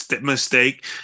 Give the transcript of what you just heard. mistake